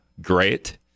Great